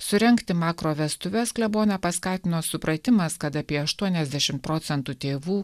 surengti makrovestuves kleboną paskatino supratimas kad apie aštuoniasdešim procentų tėvų